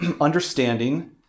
understanding